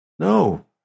No